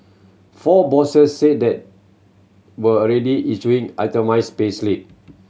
four bosses said that were already issuing itemised payslip